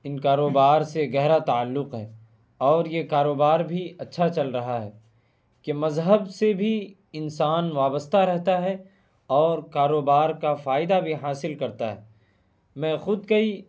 ان کاروبار سے گہرا تعلق ہے اور یہ کاروبار بھی اچھا چل رہا ہے کہ مذہب سے بھی انسان وابستہ رہتا ہے اور کاروبار کا فائدہ بھی حاصل کرتا ہے میں خود کئی